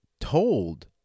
told